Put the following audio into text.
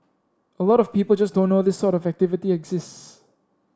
a lot of people just don't know this sort of activity exists